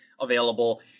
available